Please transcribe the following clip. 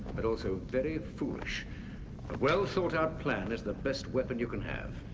but also very foolish. a well thought out plan is the best weapon you can have.